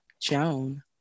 Joan